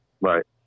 Right